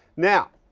now,